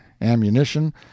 ammunition